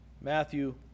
Matthew